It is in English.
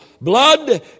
blood